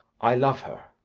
i love her.